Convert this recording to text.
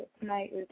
tonight